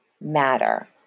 matter